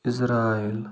Israel